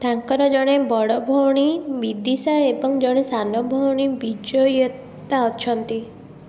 ତାଙ୍କର ଜଣେ ବଡ଼ ଭଉଣୀ ବିଦିସା ଏବଂ ଜଣେ ସାନ ଭଉଣୀ ବିଜୟତା ଅଛନ୍ତି